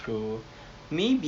it's like within the